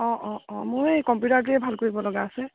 অ' অ' অ' মোৰ এই কম্পিউটাৰটোয়ে ভাল কৰিবলগা আছে